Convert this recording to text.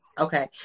okay